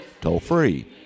toll-free